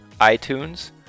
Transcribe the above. iTunes